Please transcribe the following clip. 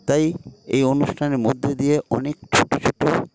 তাই এই অনুষ্ঠানের মধ্যে দিয়ে অনেক ছোটো ছোটো